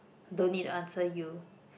don't need answer you